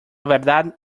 verdad